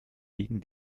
gegen